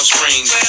Springs